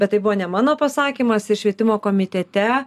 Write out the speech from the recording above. bet tai buvo ne mano pasakymas ir švietimo komitete